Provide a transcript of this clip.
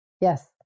Yes